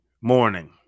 morning